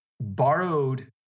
borrowed